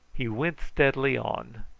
he went steadily on,